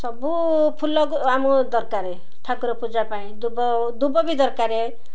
ସବୁ ଫୁଲକୁ ଆମ ଦରକାରେ ଠାକୁର ପୂଜା ପାଇଁ ଦୁବ ଦୁବ ବି ଦରକାରେ